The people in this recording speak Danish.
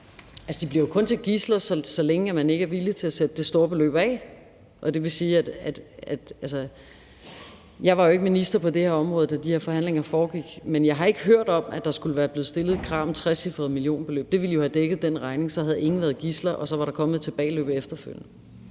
De bliver jo kun taget som gidsler, så længe man ikke er villig til at sætte det store beløb af. Jeg var jo ikke minister på det her område, da de her forhandlinger foregik, men jeg har ikke hørt om, at der skulle være blevet stillet et krav om et trecifret millionbeløb. Det ville jo have dækket den regning. Så havde ingen været gidsler, og så var der kommet et tilbageløb efterfølgende.